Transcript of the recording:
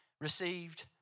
received